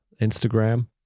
Instagram